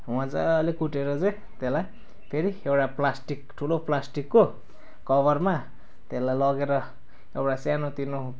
मज्जाले कुटेर चाहिँ त्यसलाई फेरि एउटा प्लास्टिक ठुलो प्लास्टिकको कभरमा त्यसलाई लगेर एउटा सानोतिनो